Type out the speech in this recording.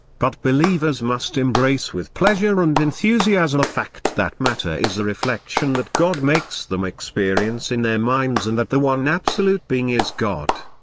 but believers must embrace with pleasure and enthusiasm the fact that matter is a reflection that god makes them experience in their minds and that the one absolute being is god.